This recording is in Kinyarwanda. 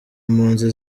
mpunzi